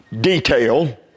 detail